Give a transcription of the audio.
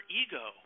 ego